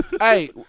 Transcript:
Hey